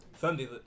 Sunday's